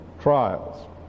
trials